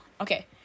Okay